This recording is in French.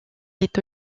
est